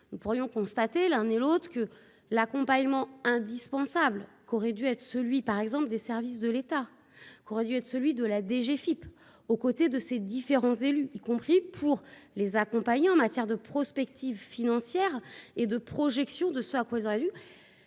nous pourrions constater l'un et l'autre que l'accompagnement indispensable qu'aurait dû être celui par exemple des services de l'État, qui aurait dû être celui de la DGFIP, aux côtés de ces différents élus, y compris pour les accompagner en matière de prospective financière et de projection de ce à quoi ils auraient vu